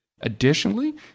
Additionally